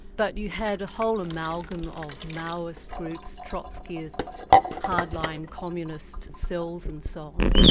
but you had a whole amalgam of maoist groups, trotskyists, hardline communist cells and so um